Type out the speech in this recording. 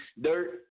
dirt